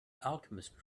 alchemist